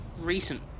recent